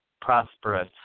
prosperous